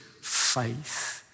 faith